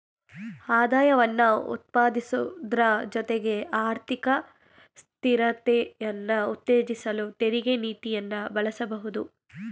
ಆದಾಯವನ್ನ ಉತ್ಪಾದಿಸುವುದ್ರ ಜೊತೆಗೆ ಆರ್ಥಿಕ ಸ್ಥಿರತೆಯನ್ನ ಉತ್ತೇಜಿಸಲು ತೆರಿಗೆ ನೀತಿಯನ್ನ ಬಳಸಬಹುದು